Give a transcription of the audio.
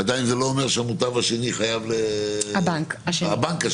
עדיין זה לא אומר שהמוטב השני -- הבנק השני.